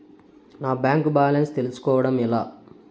నా bank balance తెలుస్కోవడం ఎలా?